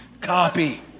Copy